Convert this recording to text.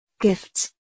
Gifts